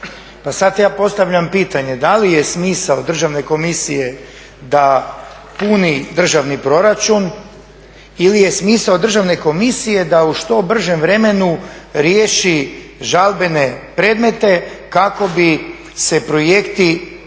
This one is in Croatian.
Pa sad ja postavljam pitanje, da li je smisao Državne komisije da puni državni proračun ili je smisao Državne komisije da u što bržem vremenu riješi žalbene predmete kako bi se projekti